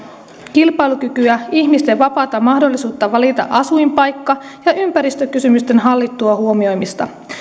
kilpailukykyä ihmisten vapaata mahdollisuutta valita asuinpaikka ja ympäristökysymysten hallittua huomioimista